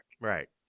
Right